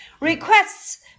Requests